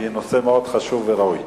כי זה נושא מאוד חשוב וראוי.